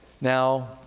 Now